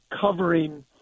covering